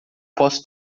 posso